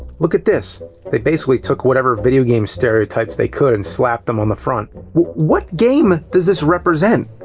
look at this! they basically took whatever video games stereotypes they could, and slap them on the front. what game does this represent?